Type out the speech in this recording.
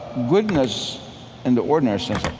goodness in the ordinary sense,